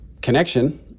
connection